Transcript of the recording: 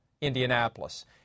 Indianapolis